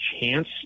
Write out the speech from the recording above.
chance